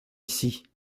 ici